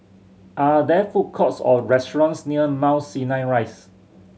are there food courts or restaurants near Mount Sinai Rise